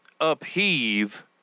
upheave